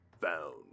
found